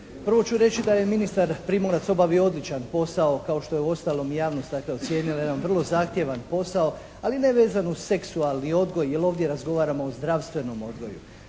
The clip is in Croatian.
prvo ću reći da je ministar Primorac obavio odličan posao kao što je uostalom i javnost dakle ocijenila, jedan vrlo zahtjevan posao ali nevezano uz seksualni odgoj, jer ovdje razgovaramo o zdravstvenom odgoju.